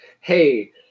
Hey